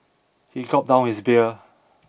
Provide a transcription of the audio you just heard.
he gulped down his beer